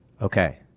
Okay